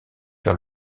vers